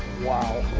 wow.